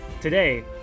Today